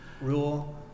rule